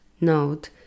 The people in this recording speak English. note